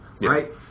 right